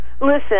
listen